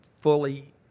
fully